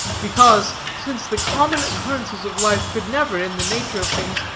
because, since the common occurrences of life could never, in the nature of things,